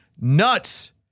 nuts